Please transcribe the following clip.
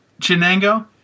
Chinango